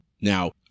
Now